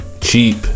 Cheap